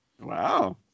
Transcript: Wow